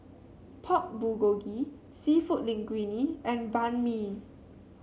Pork Bulgogi seafood Linguine and Banh Mi